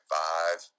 five